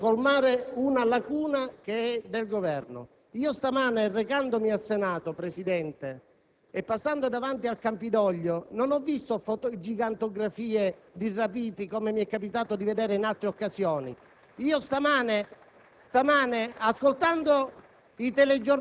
perché possa il Senato, al più presto, colmare una lacuna che è del Governo. Stamani, recandomi al Senato, signor Presidente, e passando davanti al Campidoglio, non ho visto gigantografie di rapiti, come mi è capitato di vedere in altre occasioni. *(Applausi